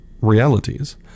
realities